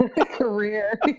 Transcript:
Career